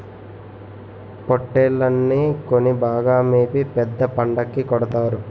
పోట్టేల్లని కొని బాగా మేపి పెద్ద పండక్కి కొడతారు